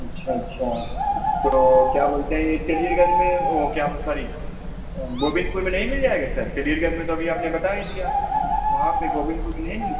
अच्छा अच्छा तो क्या बोलते हैं ये तेलियर गंज में ओ क्या बोल सॉरी गोविंद पुर में नहीं मिल जाएगा सर तेलियर गंज में तो अभी आपने बता ही दिया वहाँ पर गोविंदपुर में नहीं मिल